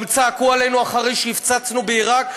גם צעקו עלינו אחרי שהפצצנו בעיראק,